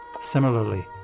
similarly